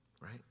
right